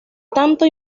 tanto